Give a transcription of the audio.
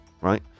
right